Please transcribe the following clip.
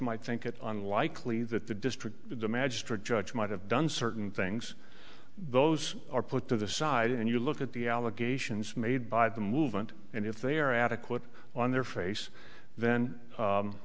might think it unlikely that the district the magistrate judge might have done certain things those are put to the side and you look at the allegations made by the movement and if they are adequate on their face then